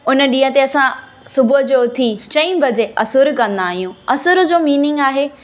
उन ॾींहं ते असां सुबुह जो उथी चईं बजे असुरु कंदा आहियूं असुर जो मीनींग आहे